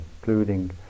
including